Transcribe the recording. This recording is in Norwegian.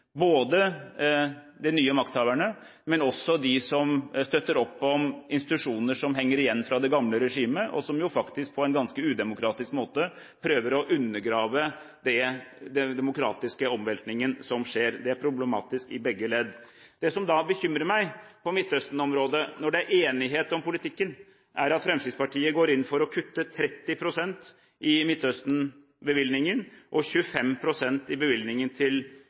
både de nye makthaverne og dem som støtter opp om institusjoner som henger igjen i det gamle regimet, og som faktisk på en ganske udemokratisk måte prøver å undergrave den demokratiske omveltningen som skjer – det er problematisk i begge ledd. Det som bekymrer meg på Midtøsten-området, når det er enighet om politikken, er at Fremskrittspartiet går inn for å kutte 30 pst. i Midtøsten-bevilgningen og 25 pst. i bevilgningen til